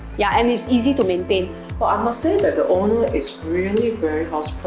yeah and it's easy to maintain but i must say that the owner is really very house proud